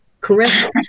correct